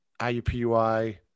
IUPUI